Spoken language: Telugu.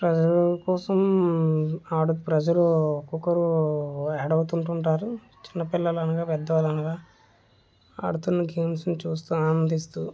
ప్రజల కోసం ఆడ ప్రజలు ఒక్కొక్కరు యాడ్ అవుతు ఉంటారు చిన్నపిల్లలు అనగా పెద్దవాళ్ళు అనగా ఆడుతున్న గేమ్స్ని చూస్తు ఆనందిస్తు